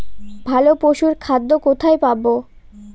ভালো পশুর খাদ্য কোথায় পাবো?